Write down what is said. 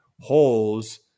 holes